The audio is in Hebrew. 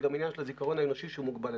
זה גם עניין של הזיכרון האנושי שהוא מוגבל.